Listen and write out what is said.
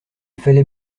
fallait